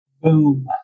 Boom